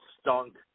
stunk